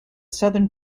southern